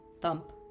Thump